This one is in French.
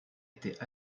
étaient